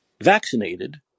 vaccinated